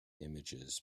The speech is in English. images